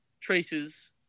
traces